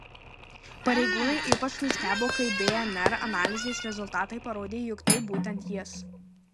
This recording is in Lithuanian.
pareigūnai ypač nustebo kai dnr analizės rezultatai parodė jog tai būtent jis